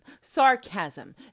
sarcasm